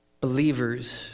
Believers